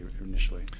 initially